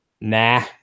Nah